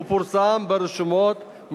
ופורסם ברשומות,